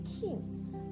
king